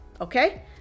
okay